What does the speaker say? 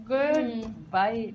Goodbye